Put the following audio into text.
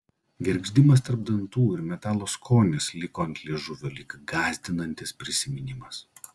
gergždimas tarp dantų ir metalo skonis liko ant liežuvio lyg gąsdinantis prisiminimas